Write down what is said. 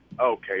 Okay